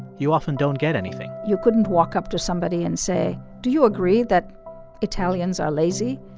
you often don't get anything you couldn't walk up to somebody and say, do you agree that italians are lazy,